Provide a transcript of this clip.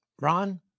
Ron